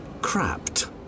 crapped